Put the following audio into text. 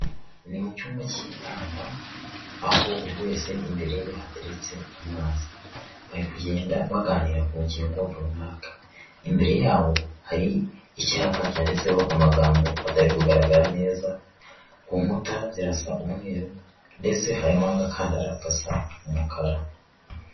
Ni mu cyumba cy'inama aho buri wese imbere hateretse amazi bari kugenda baganira ku ngingo runaka imbere yabo hari icyapa cyanditseho amagambo atari kugaragara neza ku nkuta zirasa umweru ndetse harimo n'umukandara udasa umukara.